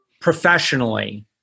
professionally